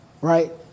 right